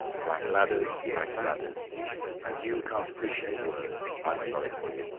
black ladders lack bladders and you can't appreciate words. i'm sorry for you.